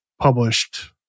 published